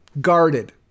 Guarded